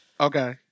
okay